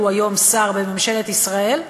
והוא היום שר בממשלת ישראל.